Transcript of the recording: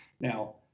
Now